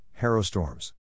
Harrowstorms